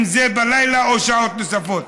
אם זה בלילה או בשעות נוספות.